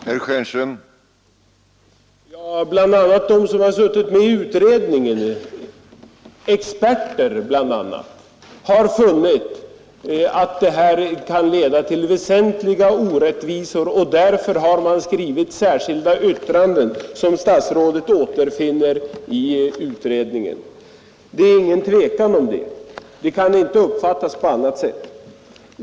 Herr talman! BI. a. de experter som suttit i utredningen har funnit att detta kan leda till väsentliga orättvisor. Därför har man skrivit särskilda yttranden, som statsrådet återfinner i utredningen. Det är ingen tvekan om detta, det kan inte uppfattas på annat sätt.